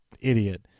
idiot